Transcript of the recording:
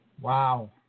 Wow